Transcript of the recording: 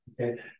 Okay